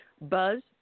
Buzz